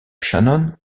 shannon